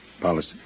Policy